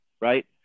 right